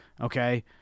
Okay